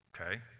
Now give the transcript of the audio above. okay